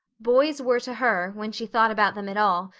boys were to her, when she thought about them at all,